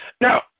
Now